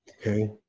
Okay